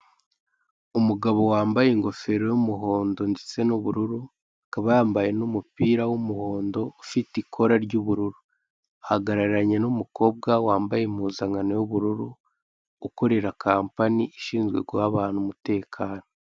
Umugabo wambaye inofero y'umuhondo ndetse n'ubururu akaba yamabye n'umupira w'umuhondo ufite ikora ry'ubururu, ahagaranye n'umukonwa wambaye impuzankano y'ubururo ukorera kampani ishinze guha abantu umutekano.